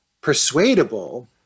persuadable